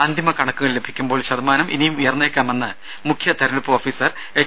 അന്തിമ കണക്കുകൾ ലഭിക്കുമ്പോൾ ശതമാനം ഇനിയും ഉയർന്നേക്കാമെന്ന് മുഖ്യ തെരഞ്ഞെടുപ്പ് ഓഫീസർ എച്ച്